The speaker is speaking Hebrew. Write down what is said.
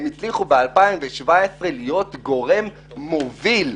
ב-2017 הם הצליחו להיות גורים מוביל.